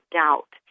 doubt